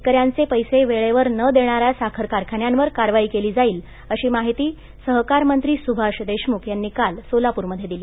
शेतकऱ्यांचे पर्सिदेळेवर न देणाऱ्या साखर कारखान्यावर कारवाई केली जाईल अशी माहिती सहकार मंत्री सुभाष देशमुख यांनी काल सोलापूरमध्ये दिली